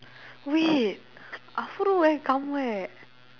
wait where come where